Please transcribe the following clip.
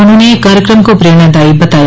उन्होंने कार्यक्रम को प्रेरणादायी बताया